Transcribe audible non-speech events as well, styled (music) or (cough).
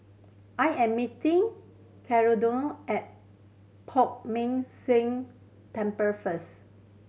I am meeting (unintelligible) at Poh Ming Tse Temple first